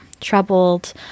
troubled